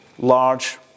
large